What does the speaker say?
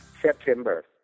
September